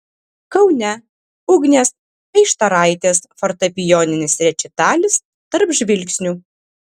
kaune ugnės peištaraitės fortepijoninis rečitalis tarp žvilgsnių